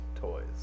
toys